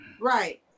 Right